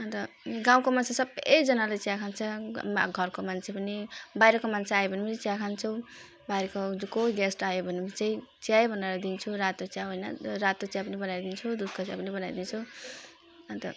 अन्त गाउँको मान्छे सबैजनाले चिया खान्छ म घरको मान्छे पनि बाहिरको मान्छे आयो भने पनि चिया खान्छौँ बाहिर कोही गेस्ट आयो भने चाहिँ चियै बनाएर दिन्छु रातो चिया होइन रातो चिया पनि बनाएर दिन्छु दुधको चिया पनि बनाएर दिन्छु अन्त